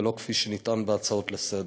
ולא כפי שנטען בהצעות לסדר-היום.